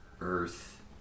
Earth